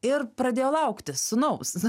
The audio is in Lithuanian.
ir pradėjo lauktis sūnaus